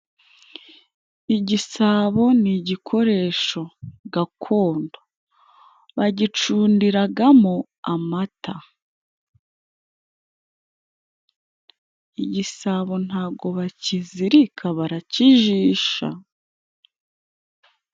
Igisabo ni igikoresho gakondo bagicundiramo amata, igisabo ntabwo bakizirika barakijisha.